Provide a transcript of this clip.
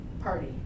party